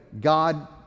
God